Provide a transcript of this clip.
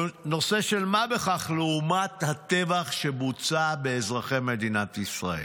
הוא נושא של מה בכך לעומת הטבח שבוצע באזרחי מדינת ישראל.